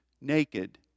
naked